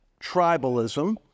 tribalism